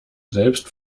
selbst